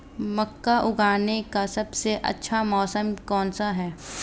मक्का उगाने का सबसे अच्छा मौसम कौनसा है?